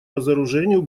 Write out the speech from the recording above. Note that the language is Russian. разоружению